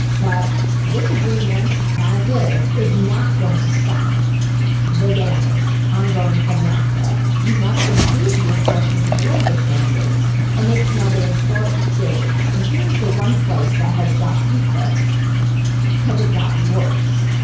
but these agreements as is is not going to stop the damage ongoing from nafta. you must improve the enforcement of the labor standards and make some other important gains, and here is the one place that has got to be fixed because it got worse.